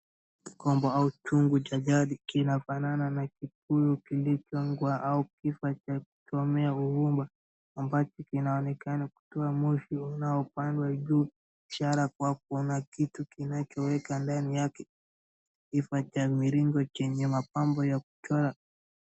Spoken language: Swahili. Kikombo au chungu cha jadi kinafanana na kibuyu kilichochongwa au kifaa cha kuchomea uumba, ambacho kinaonekana kutoa moshi unaopanda juu ishara kuwa kuna kitu kinachoweka ndani yake, kifaa cha mviringo chenye mapambo ya kuchora.